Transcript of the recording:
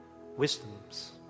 wisdoms